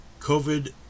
COVID